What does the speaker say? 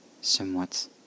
Somewhat